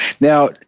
Now